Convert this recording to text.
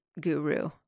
guru